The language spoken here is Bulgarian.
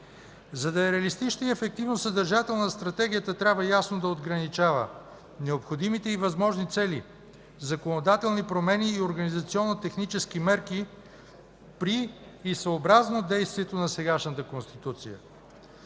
За да е реалистична и ефективно съдържателна, Стратегията ясно трябва да отграничава необходимите и възможни цели, законодателни промени и организационно-технически мерки при и съобразно действието на сегашната Конституция.